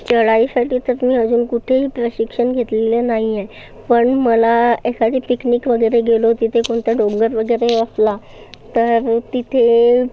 चढाईसाठी तर मी अजून कुठेही प्रशिक्षण घेतलेलं नाही आहे पण मला एखादी पिकनिक वगैरे गेलो तिथे कोणता डोंगर वगैरे असला तर तिथे